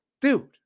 dude